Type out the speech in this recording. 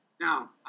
Now